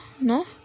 no